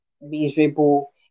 miserable